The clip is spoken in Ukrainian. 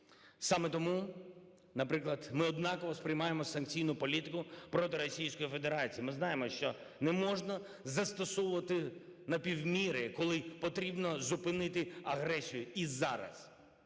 Саме тому, наприклад, ми однаково сприймаємо санкційну політику проти Російської Федерації. Ми знаємо, що не можна застосовувати напівміри, коли потрібно зупинити агресію. І зараз